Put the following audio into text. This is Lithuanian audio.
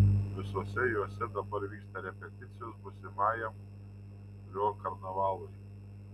visose jose dabar vyksta repeticijos būsimajam rio karnavalui